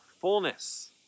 fullness